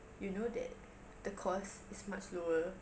you know that the cost is much lower